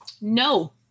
No